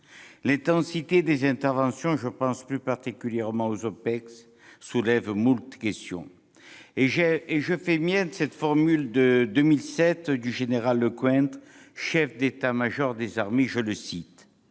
L'intensité des interventions- je pense plus particulièrement aux OPEX -soulève moult questions, et je fais mienne cette formule, datant de 2017, du général François Lecointre, chef d'état-major des armées :«